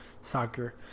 soccer